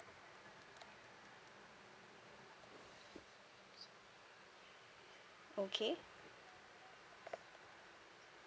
okay